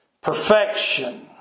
perfection